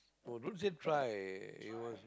bro don't say try